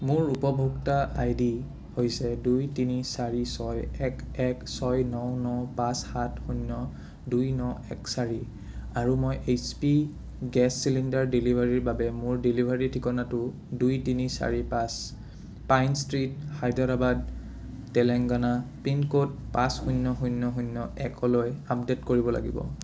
মোৰ উপভোক্তা ID হৈছে দুই তিনি চাৰি ছয় এক এক ছয় ন ন পাঁচ সাত শূন্য দুই ন এক চাৰি আৰু মই এইচ পি গেছ চিলিণ্ডাৰ ডেলিভাৰীৰ বাবে মোৰ ডেলিভাৰী ঠিকনাটো দুই তিনি চাৰি পাঁচ pine street Hyderabad Telangana pin code পাঁচ শূন্য শূন্য শূন্য শূন্য একলৈ আপডে'ট কৰিব লাগিব